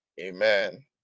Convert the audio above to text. Amen